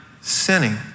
sinning